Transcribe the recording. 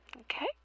Okay